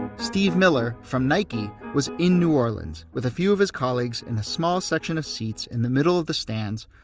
steve miller, from nike, was in new orleans, with a few of his colleagues in a small section of seats in the middle of the stands,